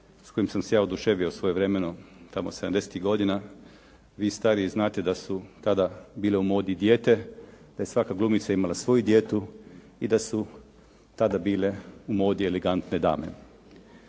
s kojim sam se ja oduševio svojevremeno, tamo sedamdesetih godina. Vi stariji znate da su tada bile u modi dijete, da je svaka glumica imala svoju dijetu i da su tada bile u modi elegantne dame.